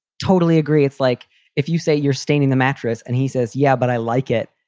totally agree. it's like if you say you're staining the mattress and he says, yeah, but i like it.